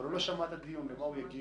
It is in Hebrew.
אבל הוא לא שמע את הדיון, אז למה הוא יגיב?